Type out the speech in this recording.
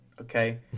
okay